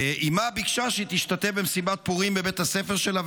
אימה ביקשה שהיא תשתתף במסיבת פורים בבית הספר שלה,